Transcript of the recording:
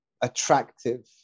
attractive